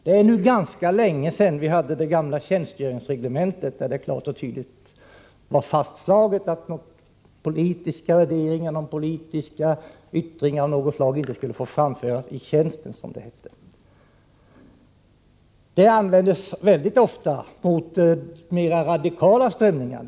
Det är nu ganska länge sedan vi hade det gamla tjänstgöringsreglementet, där det klart och tydligt var fastslaget att politiska värderingar eller politiska yttringar av olika slag inte fick framföras i tjänsten, som det hette. Det användes ofta mot mera radikala strömningar.